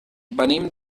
venim